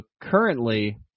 currently